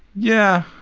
yeah,